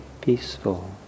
peaceful